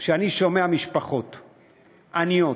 כשאני שומע משפחות עניות,